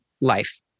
life